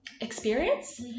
experience